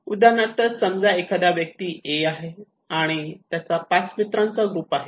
उदाहरणार्थ समजा एखादा व्यक्ती ' ए' आहे त्याचा पाच मित्रांचा ग्रूप आहे